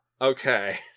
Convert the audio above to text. Okay